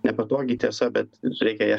nepatogi tiesa bet reikia ją